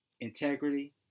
integrity